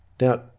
Now